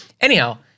Anyhow